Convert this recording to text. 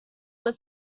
were